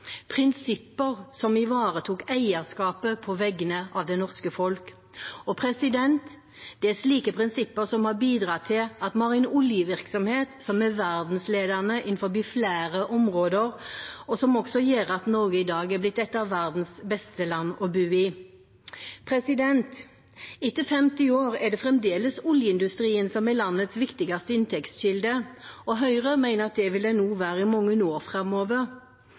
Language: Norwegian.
prinsipper som ivaretok eierskapet på vegne av det norske folk. Det er slike prinsipper som har bidratt til at vi har en oljevirksomhet som er verdensledende innenfor flere områder, og som også gjør at Norge i dag er blitt et av verdens beste land å bo i. Etter 50 år er det fremdeles oljeindustrien som er landets viktigste inntektskilde, og Høyre mener at det vil den også være i mange år framover.